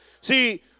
See